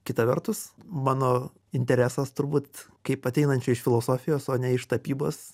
kita vertus mano interesas turbūt kaip ateinančiai iš filosofijos o ne iš tapybos